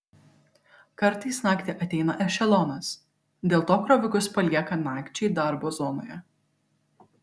kartais naktį ateina ešelonas dėl to krovikus palieka nakčiai darbo zonoje